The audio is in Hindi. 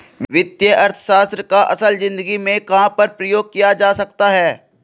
वित्तीय अर्थशास्त्र का असल ज़िंदगी में कहाँ पर प्रयोग किया जा सकता है?